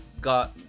got